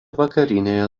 vakarinėje